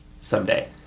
someday